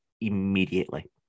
immediately